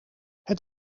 het